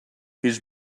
his